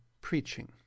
Preaching